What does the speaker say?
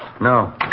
No